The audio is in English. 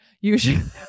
Usually